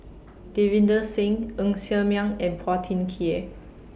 Davinder Singh Ng Ser Miang and Phua Thin Kiay